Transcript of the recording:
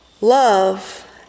Love